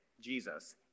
Jesus